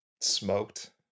smoked